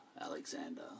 Alexander